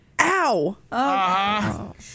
ow